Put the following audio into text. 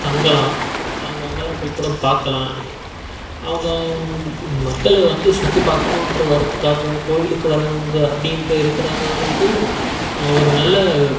தங்கலாம் அவங்க அங்கெல்லாம் போய் கூட பார்க்கலாம் அவங்க அங்கே மக்கள் வந்து சுற்றி பார்க்கணுன்றது வர்றதுக்காகவும் கோயிலுக்கு வர்றவங்கள் அப்படின்கிற இருக்கிறவங்களுக்கு ஒரு நல்ல